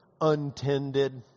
untended